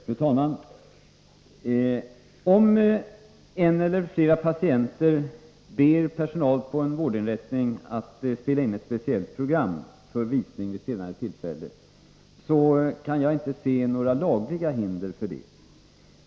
Fru talman! Om en eller flera patienter ber personal på en vårdinrättning att spela in ett program för visning vid senare tillfälle, kan jag inte se några lagliga hinder för det.